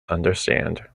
understand